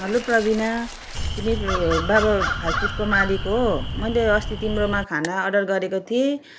hello Praveena तिमी बाबा fast फुडको मालिक हो मैले अस्ति तिम्रोमा खाना अडर्र गरेको थिएँ